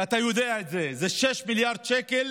ואתה יודע את זה, זה 6 מיליארד שקל